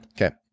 Okay